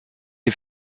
est